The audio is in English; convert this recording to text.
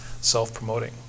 self-promoting